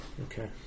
Okay